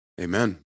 Amen